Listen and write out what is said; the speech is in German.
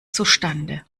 zustande